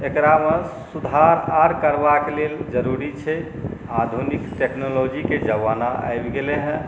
एकरामे सुधार आओर करबाक लेल जरूरी छै आधुनिक टेक्नोलॉजीके जमाना आबि गेलै हेँ